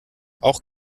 auch